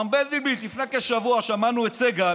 מר מנדלבליט, לפני כשבוע שמענו את סגל